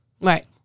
Right